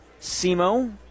SEMO